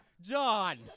John